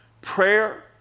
Prayer